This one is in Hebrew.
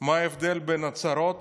מה ההבדל בין הצהרות